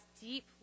deep